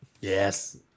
Yes